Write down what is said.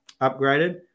upgraded